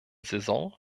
saison